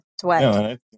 sweat